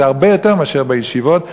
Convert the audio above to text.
זה הרבה יותר מאשר בישיבות.